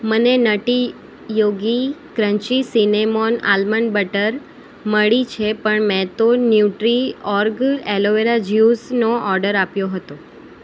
મને Nutty Yogi crunchy cinnamon almond butter મળી છે પણ મેં તો ન્યુટ્રીઓર્ગ એલોવેરા જ્યુસનો ઓડર આપ્યો હતો